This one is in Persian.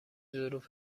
ظروف